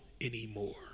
anymore